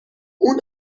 اون